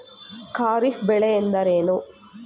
ಖಾರಿಫ್ ಬೆಳೆ ಎಂದರೇನು?